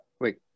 wait